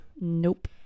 Nope